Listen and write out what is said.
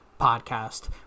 podcast